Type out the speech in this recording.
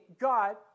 God